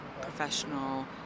professional